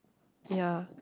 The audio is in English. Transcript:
ya